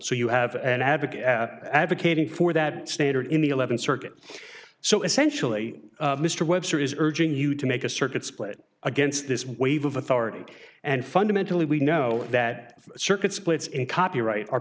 so you have an advocate advocating for that standard in the th circuit so essentially mr webster is urging you to make a circuit split against this wave of authority and fundamentally we know that circuit splits and copyright are